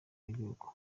w’igihugu